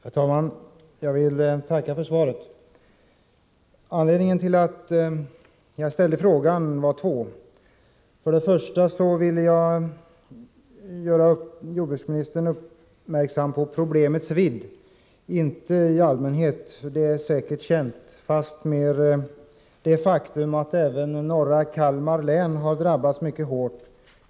Herr talman! Jag tackar för svaret. Det finns två anledningar till att jag ställde frågan. För det första ville jag göra jordbruksministern uppmärksam på problemets vidd, inte bara på problemet i allmänhet — för det är säkert känt. Jag ville fastmer peka på det faktum att även norra Kalmar län har drabbats mycket hårt.